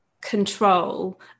control